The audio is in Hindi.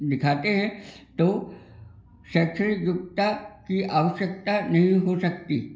दिखाते हैं तो शैक्षणिक योग्यता की आवश्यकता नहीं हो सकती